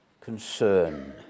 concern